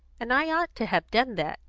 and i ought to have done that,